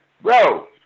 Bro